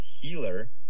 healer